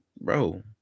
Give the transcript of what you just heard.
bro